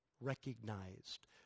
recognized